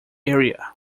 area